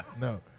No